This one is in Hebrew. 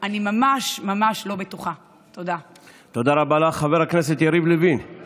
ממשלה של מפלגות של שוויון מגדרי,